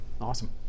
awesome